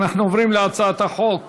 אנחנו עוברים להצעת החוק